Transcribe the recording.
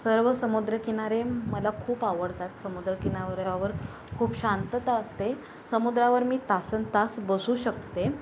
सर्व समुद्रकिनारे मला खूप आवडतात समुद्रकिनाऱ्यावर खूप शांतता असते समुद्रावर मी तासनतास बसू शकते